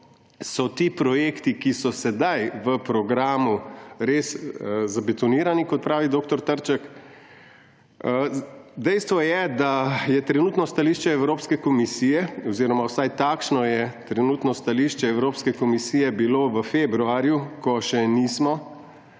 so ti projekti, ki so sedaj v programu, res zabetonirani, kot pravi dr. Trček. Dejstvo je, da je trenutno stališče Evropske komisije – oziroma vsaj takšno je trenutno stališče Evropske komisije bilo v februarju, ko še nismo